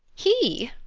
he!